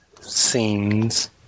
scenes